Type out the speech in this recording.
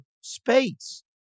space